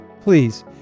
Please